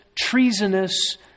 treasonous